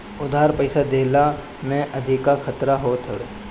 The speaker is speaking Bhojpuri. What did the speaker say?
उधार पईसा लेहला में अधिका खतरा होत हअ